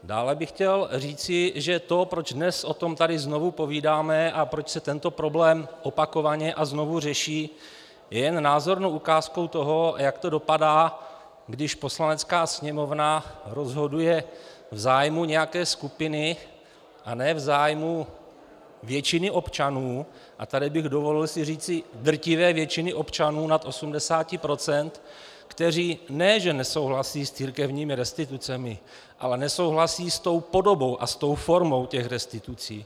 Dále bych chtěl říci, že to, proč dnes o tom tady znovu povídáme a proč se tento problém opakovaně a znovu řeší, je jen názornou ukázkou toho, jak to dopadá, když Poslanecká sněmovna rozhoduje v zájmu nějaké skupiny, a ne v zájmu většiny občanů, a tady bych si dovolil říci drtivé většiny občanů, nad 80 %, kteří ne že nesouhlasí s církevními restitucemi, ale nesouhlasí s tou podobou a s tou formou restitucí.